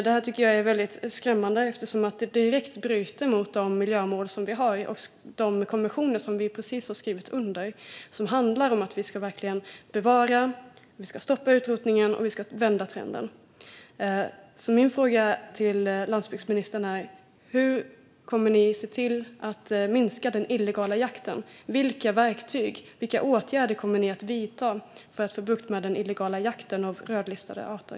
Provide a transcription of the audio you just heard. Det här tycker jag är väldigt skrämmande eftersom det direkt bryter mot de miljömål vi har och de konventioner som vi precis har skrivit under som handlar om att vi verkligen ska bevara vargen, stoppa utrotningen och vända trenden. Jag har följande frågor till landsbygdsministern: Hur kommer ni att se till att minska den illegala jakten? Vilka verktyg har ni och vilka åtgärder kommer ni att vidta för att få bukt med den illegala jakten av rödlistade arter?